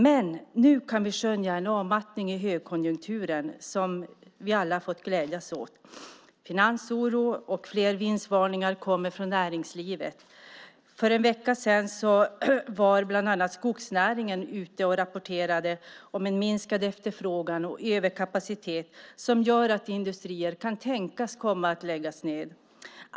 Men nu kan vi skönja en avmattning i den högkonjunktur som vi alla fått glädjas åt. Finansoro och flera vinstvarningar kommer från näringslivet. För en vecka sedan rapporterade bland annat skogsnäringen om en minskad efterfrågan och överkapacitet som gör att industrier kan tänkas komma att läggas ned.